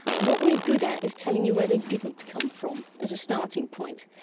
what we're good at is telling you where they didn't come from, as a starting point.